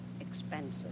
expensive